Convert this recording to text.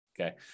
Okay